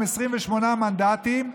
עם 28 מנדטים,